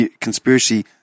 conspiracy